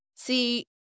See